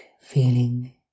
feeling